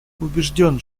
убежден